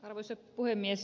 arvoisa puhemies